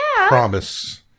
Promise